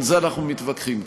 על זה אנחנו מתווכחים כאן.